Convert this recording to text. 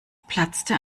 platzte